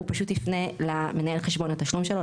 הוא פשוט יפנה למנהל חשבון התשלום שלו,